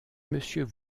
monsieur